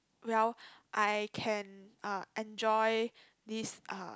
well I can uh enjoy this uh